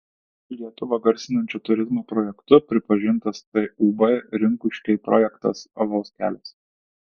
lietuvą garsinančiu turizmo projektu pripažintas tūb rinkuškiai projektas alaus kelias